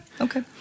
Okay